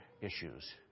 issues